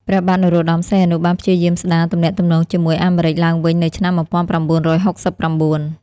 ព្រះបាទនរោត្តម សីហនុ បានព្យាយាមស្តារទំនាក់ទំនងជាមួយអាមេរិកឡើងវិញនៅឆ្នាំ ១៩៦៩។